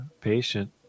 patient